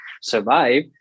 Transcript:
survive